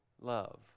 love